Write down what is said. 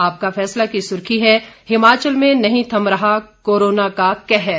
आपका फैसला की सुर्खी है हिमाचल में नहीं थम रहा कोरोना का कहर